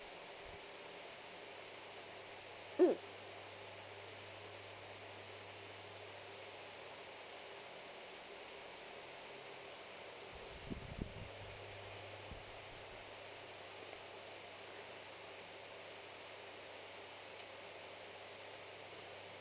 mm